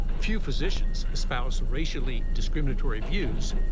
few physicians espouse racially discriminatory views,